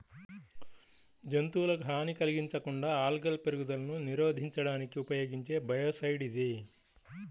జంతువులకు హాని కలిగించకుండా ఆల్గల్ పెరుగుదలను నిరోధించడానికి ఉపయోగించే బయోసైడ్ ఇది